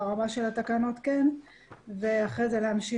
לעשות ברמה של התקנות ואחר כך להמשיך